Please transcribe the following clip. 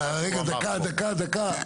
רגע, דקה, דקה.